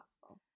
possible